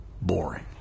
boring